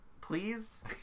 please